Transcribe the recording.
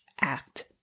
act